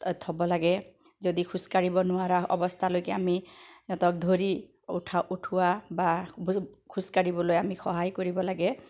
থ'ব লাগে যদি খোজকাঢ়িব নোৱাৰা অৱস্থালৈকে আমি সিহঁতক ধৰি উঠা উঠোৱা বা খোজকাঢ়িবলৈ আমি সহায় কৰিব লাগে